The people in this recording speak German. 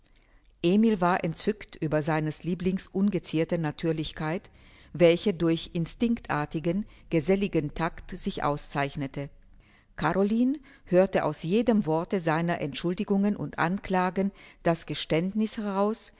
emil war entzückt über seines lieblings ungezierte natürlichkeit welche durch instinctartigen geselligen tact sich auszeichnete caroline hörte aus jedem worte seiner entschuldigungen und anklagen das geständniß heraus